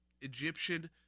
Egyptian